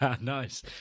Nice